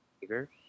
bigger